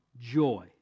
joy